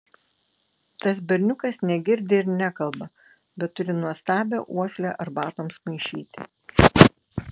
tas berniukas negirdi ir nekalba bet turi nuostabią uoslę arbatoms maišyti